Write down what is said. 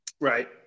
Right